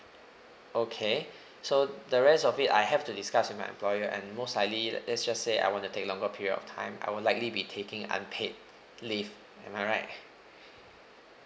okay so the rest of it I have to discuss my employer and most likely let's just say I wanna take longer period of time I would likely be taking unpaid leave am I right